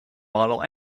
model